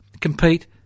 compete